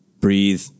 breathe